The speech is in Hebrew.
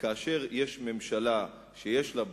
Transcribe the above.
וכאשר יש ממשלה שיש לה,